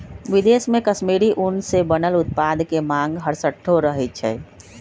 विदेश में कश्मीरी ऊन से बनल उत्पाद के मांग हरसठ्ठो रहइ छै